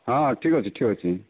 ହଁ ଠିକ ଅଛି ଠିକ ଅଛି